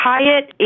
Hyatt